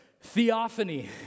theophany